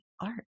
art